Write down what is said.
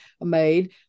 made